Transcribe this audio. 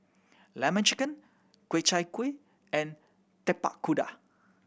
Lemon Chicken Ku Chai Kuih and Tapak Kuda